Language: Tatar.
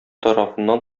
тарафыннан